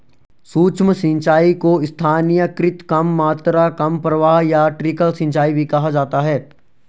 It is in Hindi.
सूक्ष्म सिंचाई को स्थानीयकृत कम मात्रा कम प्रवाह या ट्रिकल सिंचाई भी कहा जाता है